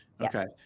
okay